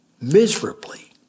miserably